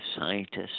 scientists